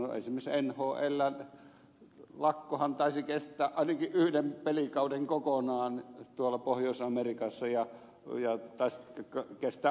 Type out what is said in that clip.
no esimerkiksi nhln lakkohan taisi kestää ainakin yhden pelikauden kokonaan tuolla pohjois amerikassa